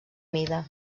mida